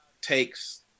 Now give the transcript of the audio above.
takes